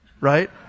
right